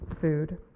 food